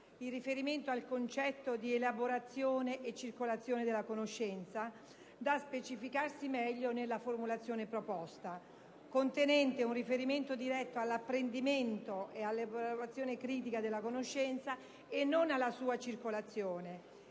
in riferimento al concetto di elaborazione e circolazione della conoscenza da specificarsi meglio nella formulazione proposta; essa contiene infatti un riferimento diretto all'apprendimento ed alla elaborazione critica della conoscenza e non alla sua circolazione.